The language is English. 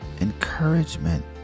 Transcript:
encouragement